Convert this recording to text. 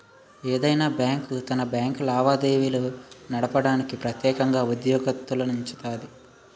ఏదైనా బ్యాంకు తన బ్యాంకు లావాదేవీలు నడపడానికి ప్రెత్యేకంగా ఉద్యోగత్తులనుంచుతాది